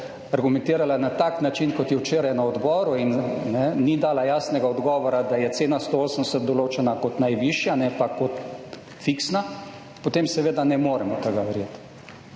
argumentirala na tak način, kot je včeraj na odboru in ni dala jasnega odgovora, da je cena 180 določena kot najvišja, ne pa kot fiksna, potem seveda ne moremo tega verjeti,